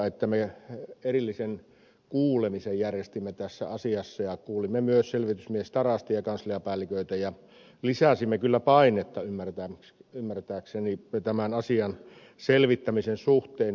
me järjestimme erillisen kuulemisen tässä asiassa ja kuulimme myös selvitysmies tarastia kansliapäälliköitä ja lisäsimme kyllä painetta ymmärtääkseni tämän asian selvittämisen suhteen